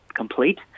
complete